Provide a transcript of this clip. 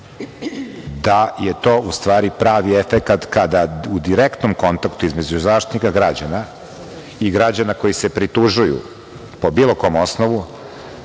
da je to, u stvari pravi efekat kada u direktnom kontaktu između Zaštitnika građana i građana koji se pritužuju po bilo kom osnovu